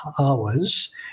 hours